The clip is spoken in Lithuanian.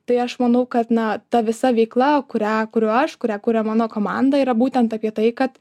tai aš manau kad na ta visa veikla kurią kuriu aš kurią kuria mano komanda yra būtent apie tai kad